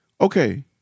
Okay